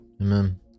Amen